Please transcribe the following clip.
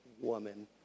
woman